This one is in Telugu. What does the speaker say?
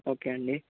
ఓకే అండి